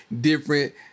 different